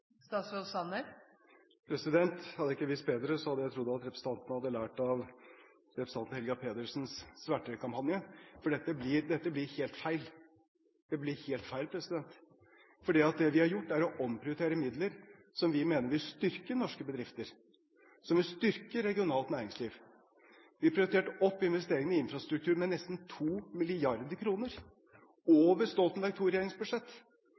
Hadde jeg ikke visst bedre, hadde jeg trodd at representanten hadde lært av representanten Helga Pedersens svertekampanje, for dette blir helt feil – det blir helt feil. Det vi har gjort, er å omprioritere midler, som vi mener vil styrke norske bedrifter, som vil styrke regionalt næringsliv. Vi prioriterte opp investeringene i infrastruktur med nesten